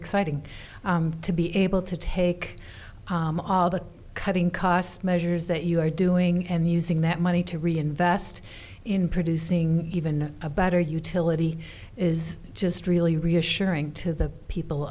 exciting to be able to take all the cutting cost measures that you are doing and using that money to reinvest in producing even a better utility is just really reassuring to the people